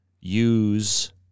use